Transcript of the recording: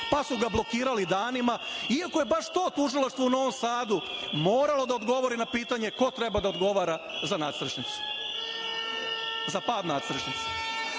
pa su ga blokirali danima, iako je baš to Tužilaštvo u Novom Sadu moralo da odgovori na pitanje ko treba da odgovara za pad nadstrešnice. Dakle, oni